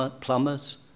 plumbers